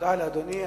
תודה לאדוני.